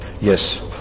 Yes